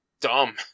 dumb